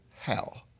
how?